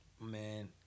man